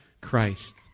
Christ